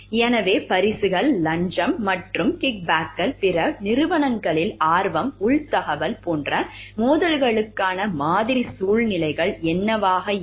எனவே பரிசுகள் லஞ்சம் மற்றும் கிக்பேக்குகள் பிற நிறுவனங்களில் ஆர்வம் உள் தகவல் போன்ற மோதல்களுக்கான மாதிரி சூழ்நிலைகள் என்னவாக இருக்கும்